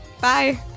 Bye